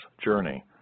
journey